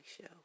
show